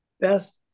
best